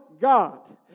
God